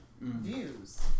views